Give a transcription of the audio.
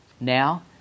now